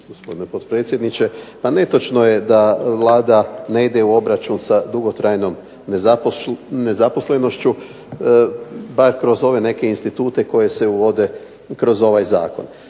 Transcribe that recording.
gospodine potpredsjedniče. Pa netočno je da Vlada ne ide u obračun sa dugotrajnom nezaposlenošću, pa je kroz ove neke institute koji se uvode kroz ovaj zakon.